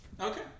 Okay